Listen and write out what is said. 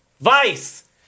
Vice